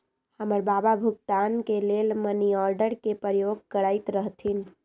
हमर बबा भुगतान के लेल मनीआर्डरे के प्रयोग करैत रहथिन